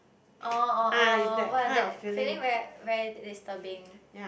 oh oh oh !wah! that feeling very very disturbing